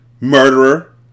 Murderer